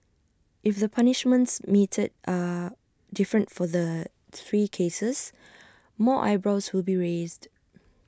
if the punishments meted are different for the three cases more eyebrows would be raised